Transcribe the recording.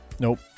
Nope